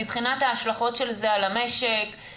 מבחינת ההשלכות של זה על המשק,